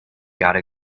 gotta